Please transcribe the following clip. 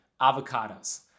avocados